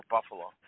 Buffalo